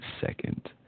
second